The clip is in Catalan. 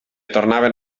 tornaven